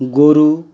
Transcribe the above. গরু